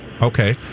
Okay